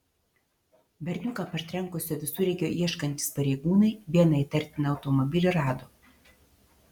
berniuką partrenkusio visureigio ieškantys pareigūnai vieną įtartiną automobilį rado